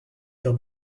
faire